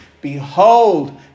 Behold